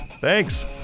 Thanks